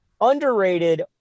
underrated